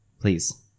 please